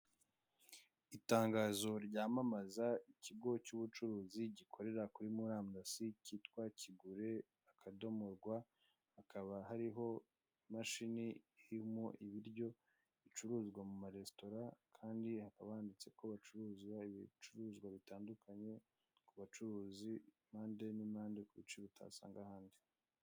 Itangazo ryamamaza ikigo cy'ubucuruzi gikorera kuri murandasi cyitwa Kigure akadomo rwa, hakaba hariho imashini irimo ibiryo bicuruzwa mu maresitora kandi hakaba handitse ko bacuruza ibicuruzwa bitandukanye, ku bacuruzi impande n'impande, ku biciro utasanga ahandi.